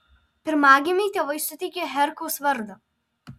pirmagimiui tėvai suteikė herkaus vardą